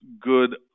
good